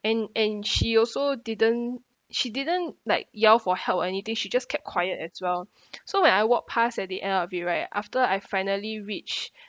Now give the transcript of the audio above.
and and she also didn't she didn't like yell for help or anything she just kept quiet as well so when I walked past at the end of it right after I finally reached